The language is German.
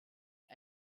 ihr